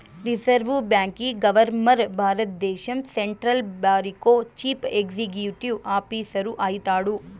reserve బాంకీ governor భారద్దేశం central బారికో చీఫ్ ఎక్సిక్యూటివ్ ఆఫీసరు అయితాడు